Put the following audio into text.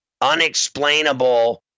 unexplainable